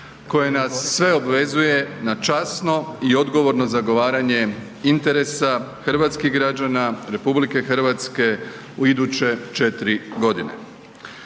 koje nas sve obvezuje na časno i odgovorno zagovaranje interesa hrvatskih građana RH u iduće 4 godine.